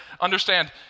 Understand